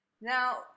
Now